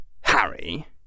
Harry